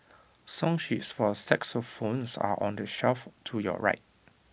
song sheets for xylophones are on the shelf to your right